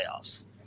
playoffs